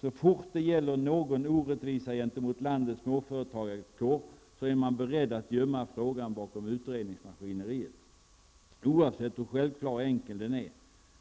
Så fort det gäller en orättvisa gentemot landets småföretagarkår är man beredd att gömma frågan bakom utredningsmaskineriet -- hur självklar och enkel frågan än är.